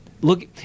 look